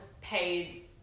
paid